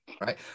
right